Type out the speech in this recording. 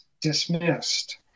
dismissed